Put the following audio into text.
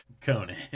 Conan